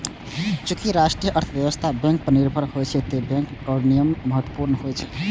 चूंकि राष्ट्रीय अर्थव्यवस्था बैंक पर निर्भर होइ छै, तें बैंक विनियमन महत्वपूर्ण होइ छै